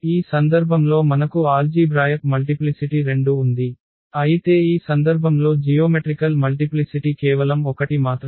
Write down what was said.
ఈ సందర్భంలో మనకు ఆల్జీభ్రాయక్ మల్టిప్లిసిటి 2 ఉంది అయితే ఈ సందర్భంలో జియోమెట్రికల్ మల్టిప్లిసిటి కేవలం 1 మాత్రమే